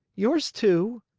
yours, too?